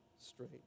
straight